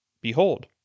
Behold